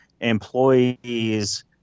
employees